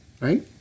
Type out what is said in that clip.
right